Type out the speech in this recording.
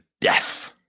death